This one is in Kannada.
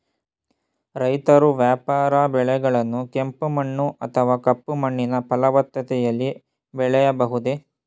ರೈತರು ವ್ಯಾಪಾರ ಬೆಳೆಗಳನ್ನು ಕೆಂಪು ಮಣ್ಣು ಅಥವಾ ಕಪ್ಪು ಮಣ್ಣಿನ ಫಲವತ್ತತೆಯಲ್ಲಿ ಬೆಳೆಯಬಹುದೇ?